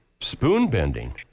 Spoon-bending